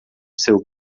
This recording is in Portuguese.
seu